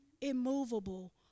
immovable